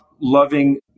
loving